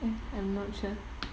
eh I'm not sure